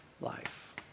life